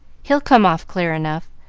he'll come off clear enough,